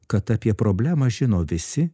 kad apie problemą žino visi